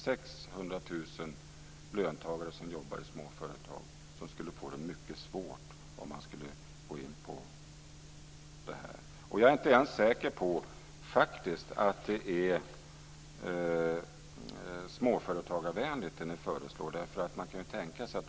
600 000 löntagare som jobbar i småföretag skulle få det mycket svårt om man skulle göra detta. Och jag är faktiskt inte ens säker på att det som ni föreslår är småföretagarvänligt.